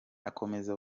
akomeza